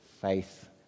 faith